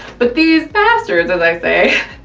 but these bastards, as i say,